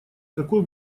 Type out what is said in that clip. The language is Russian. какой